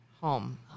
Home